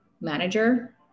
manager